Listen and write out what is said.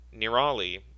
Nirali